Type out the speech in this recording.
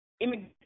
immigration